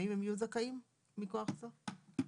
האם הם יהיו זכאים מכוח זה?